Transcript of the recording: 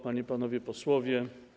Panie i Panowie Posłowie!